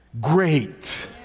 great